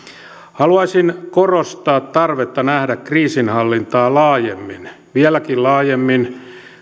haluaisin korostaa tarvetta nähdä kriisinhallintaa laajemmin vieläkin laajemmin